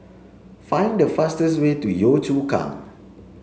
find the fastest way to Yio Chu Kang